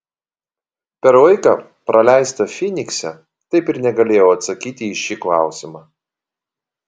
per laiką praleistą fynikse taip ir negalėjau atsakyti į šį klausimą